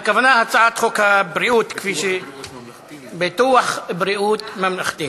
הכוונה להצעת חוק ביטוח בריאות ממלכתי